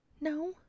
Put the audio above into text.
No